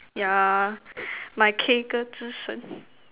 yeah my K 歌之神